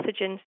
pathogens